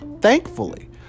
Thankfully